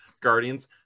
Guardians